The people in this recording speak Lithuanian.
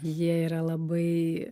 jie yra labai